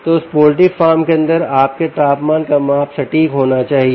तोउस poultry farm के अंदर आपके तापमान का माप सटीक होना चाहिए